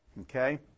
okay